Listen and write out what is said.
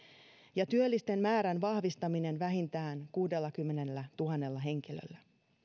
ja työllisten määrän vahvistaminen vähintään kuudellakymmenellätuhannella henkilöllä